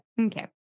okay